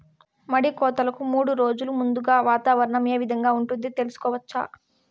మడి కోతలకు మూడు రోజులు ముందుగా వాతావరణం ఏ విధంగా ఉంటుంది, తెలుసుకోవచ్చా?